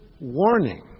warning